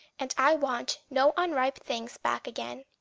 and i want no unripe things back again.